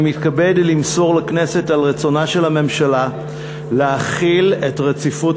אני מתכבד למסור לכנסת על רצונה של הממשלה להחיל את רציפות